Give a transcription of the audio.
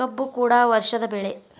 ಕಬ್ಬು ಕೂಡ ವರ್ಷದ ಬೆಳೆ